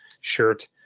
shirt